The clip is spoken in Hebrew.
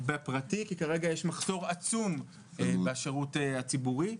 בפרטי, כי כרגע יש מחסור עצום בשירות הציבורי.